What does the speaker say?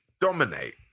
Dominate